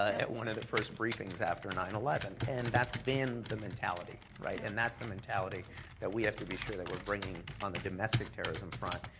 at one of the first briefings after nine eleven, and that's been the mentality, right? and that's the mentality that we have to be sure that we're bringing on the domestic terrorism front.